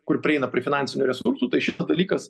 kur prieina prie finansinių resursų tai šitas dalykas